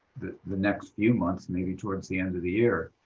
the the next few months, maybe towards the end of the year,